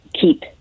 keep